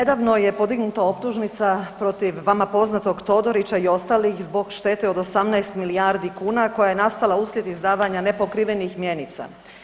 Nedavno je podignuta optužnica protiv vama poznatog Todorića i ostalih zbog štete od 18 milijardi kuna koja je nastala uslijed izdavanja nepokrivenih mjenica.